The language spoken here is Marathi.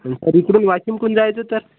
सर इकडून वाशिमकडून जायचं तर